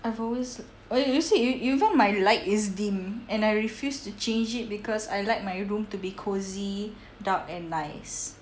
I've always like you you see even my light is dim and I refused to change it because I like my room to be cosy dark and nice